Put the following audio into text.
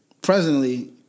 presently